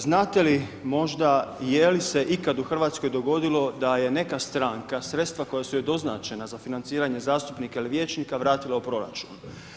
Znate li možda je li se ikad u Hrvatskoj dogodilo da je neka stranka sredstva koja su joj doznačena za financiranje zastupnika ili vijećnika vratila u proračun.